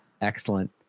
Excellent